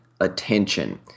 attention